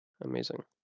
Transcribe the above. Amazing